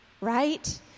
Right